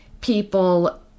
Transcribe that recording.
people